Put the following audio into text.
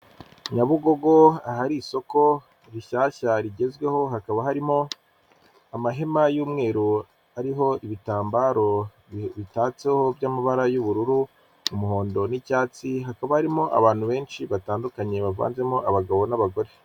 Nyabugogo ahari isoko rishyashya rigezweho hakaba harimo amahema y'umweru ariho ibitambaro bitatseho by'amabara y'ubururu umuhondo n'icyatsi hakaba harimo abantu benshi batandukanye bavanzemo abagabo n'abagore.